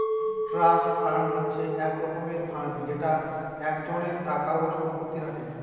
trust fund হচ্ছে এক রকমের ফান্ড যেটা একজনের টাকা ও সম্পত্তি রাখে